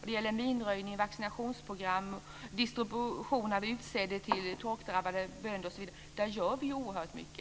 Det gäller minröjning, vaccinationsprogram, distribution av utsäde till torkdrabbade bönder osv.